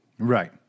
Right